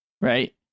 right